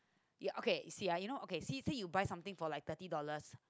ya okay see ya you know say say you buy something for like thirty dollars